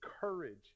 courage